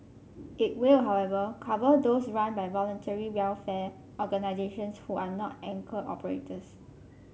it will however cover those run by Voluntary Welfare Organisations who are not anchor operators